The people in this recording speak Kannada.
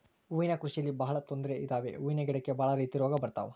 ಹೂವಿನ ಕೃಷಿಯಲ್ಲಿ ಬಹಳ ತೊಂದ್ರೆ ಇದಾವೆ ಹೂವಿನ ಗಿಡಕ್ಕೆ ಭಾಳ ರೀತಿ ರೋಗ ಬರತವ